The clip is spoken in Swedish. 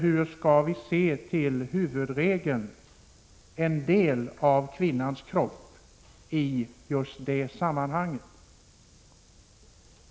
Hur skall vi i just det sammanhanget se på huvudregeln om fostret som en del av kvinnans kropp?